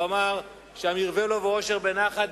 והוא אמר: שם ירווה לו מאושר ונחת,